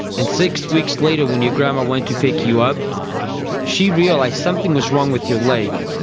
and six weeks later when your grandma went to pick you up she realised something was wrong with your leg,